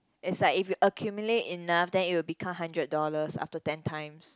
is like if you accumulate enough then it will become hundred dollars after ten times